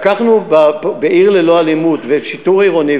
לקחנו ב"עיר ללא אלימות" ושיטור עירוני,